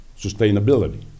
sustainability